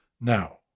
Now